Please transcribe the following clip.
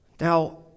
Now